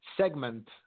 segment